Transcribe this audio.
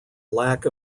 lack